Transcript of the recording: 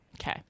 Okay